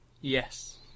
Yes